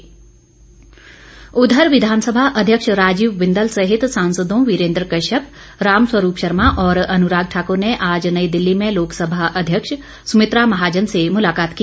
मुलाकात उधर विधानसभा अध्यक्ष राजीव बिंदल सहित सांसदों वीरेन्द्र कश्यप रामस्वरूप शर्मा और अनुराग ठाक्र ने आज नई दिल्ली में लोकसभा अध्यक्ष सुमित्रा महाजन से मुलाकात की